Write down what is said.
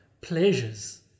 pleasures